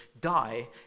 die